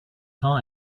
here